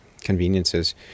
conveniences